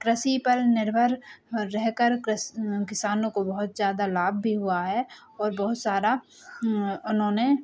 कृषि पर निर्भर रह कर किसानों को बहुत ज़्यादा लाभ भी हुआ है और बहुत सारा उन्होंने